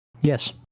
Yes